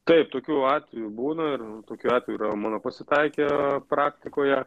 taip tokių atvejų būna ir tokių atvejų yra ir mano pasitaikę ir praktikoje